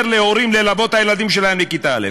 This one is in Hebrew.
להורים ללוות את הילדים שלהם לכיתה א'.